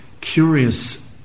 curious